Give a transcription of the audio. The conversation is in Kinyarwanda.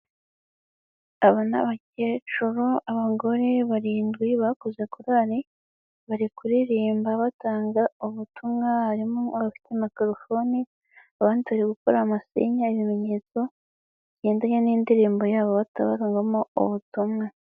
Aba ni abakecuru abagore barindwi bakoze korari, bari kuririmba batanga ubutumwa, harimo abafite Mikorofone, abandi bari gukora amasinye n'ibimenyetso bigendanye n'indirimbo yabo batoranyamo ubutumwa.